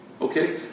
Okay